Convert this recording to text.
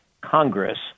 Congress